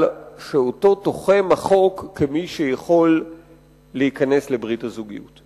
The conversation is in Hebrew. שאותו תוחם החוק כמי שיכול להיכנס לברית הזוגיות.